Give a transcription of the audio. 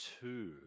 two